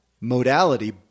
modality